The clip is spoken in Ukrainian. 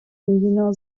надійного